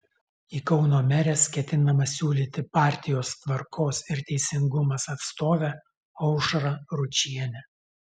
į kauno meres ketinama siūlyti partijos tvarkos ir teisingumas atstovę aušrą ručienę